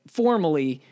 formally